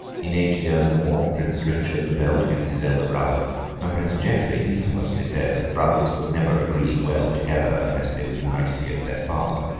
in eight years more, prince richard rebelled against his elder brother and prince geoffrey infamously said that the brothers could never agree well together, unless they were united against their father.